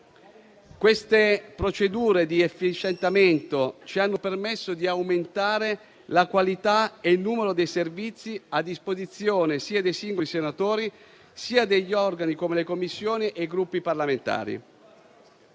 Queste procedure di efficientamento ci hanno permesso di aumentare la qualità e il numero dei servizi a disposizione sia dei singoli senatori sia degli organi, come le Commissioni e i Gruppi parlamentari.